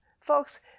Folks